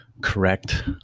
correct